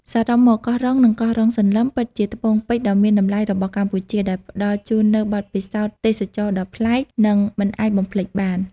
សរុបមក កោះរ៉ុង និងកោះរ៉ុងសន្លឹម ពិតជាត្បូងពេជ្រដ៏មានតម្លៃរបស់កម្ពុជា ដែលផ្តល់ជូននូវបទពិសោធន៍ទេសចរណ៍ដ៏ប្លែក និងមិនអាចបំភ្លេចបាន។